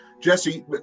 Jesse